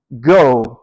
Go